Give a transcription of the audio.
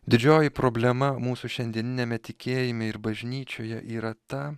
didžioji problema mūsų šiandieniniame tikėjime ir bažnyčioje yra ta